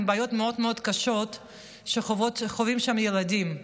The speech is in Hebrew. בעיות מאוד מאוד קשות שחווים שם ילדים.